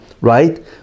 right